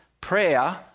prayer